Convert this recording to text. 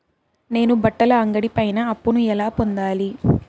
నేను బట్టల అంగడి పైన అప్పును ఎలా పొందాలి?